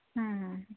ᱦᱮᱸ ᱦᱮᱸ ᱦᱮᱸ